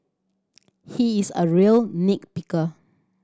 he is a real nit picker